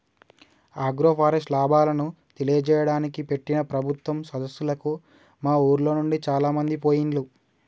agroforest లాభాలను తెలియజేయడానికి పెట్టిన ప్రభుత్వం సదస్సులకు మా ఉర్లోనుండి చాలామంది పోయిండ్లు